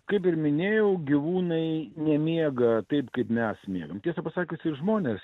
kaip ir minėjau gyvūnai nemiega taip kaip mes miegam tiesą pasakius ir žmonės